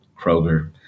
Kroger